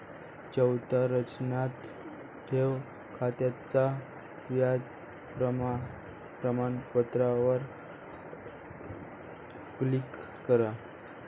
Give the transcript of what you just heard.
चौथ्या चरणात, ठेव खात्याच्या व्याज प्रमाणपत्रावर क्लिक करा